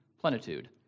plenitude